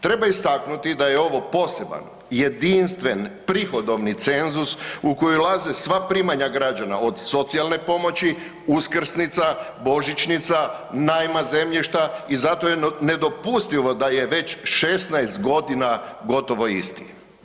Treba istaknuti da je ovo poseban, jedinstven, prihodovni cenzus u koji ulaze sva primanja građana od socijalne pomoći, uskrsnica, božićnica, najma zemljišta i zato je nedopustivo da je već 16 g. gotovo isti.